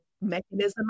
mechanism